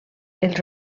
els